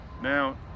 now